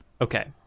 Okay